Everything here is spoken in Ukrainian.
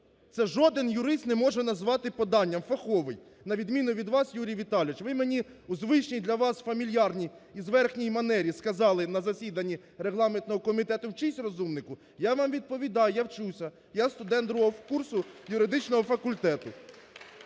це жодний юрист не може назвати поданням, фаховий, на відміну від вас Юрій Віталійович. Ви мені у звичній для вас фамільярній і зверхній манері сказали на засіданні регламентного комітету "вчись, розумнику". Я вам відповідаю: я вчуся, я студент II курсу юридичного факультету.